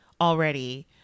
already